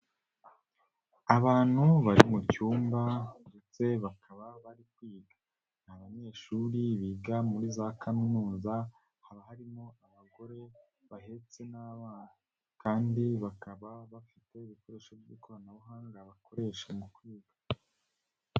Abantu bari mu cyumba ndetse bakaba bari kwiga, n'abanyeshuri biga muri za kaminuza, haba harimo abagore bahetse n'abana, kandi bakaba bafite ibikoresho by'ikoranabuhanga bakoresha mu kwiga.